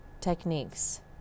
techniques